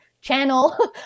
channel